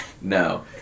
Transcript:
No